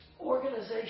organization